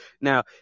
Now